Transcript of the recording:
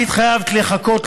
שהתחייבת לחכות